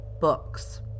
books